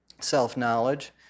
self-knowledge